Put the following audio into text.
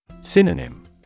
Synonym